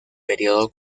período